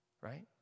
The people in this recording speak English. right